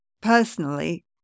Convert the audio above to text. personally